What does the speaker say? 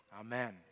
Amen